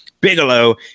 Bigelow